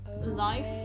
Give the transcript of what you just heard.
Life